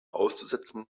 auszusetzen